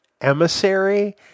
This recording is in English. emissary